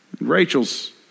Rachel's